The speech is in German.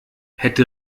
hätte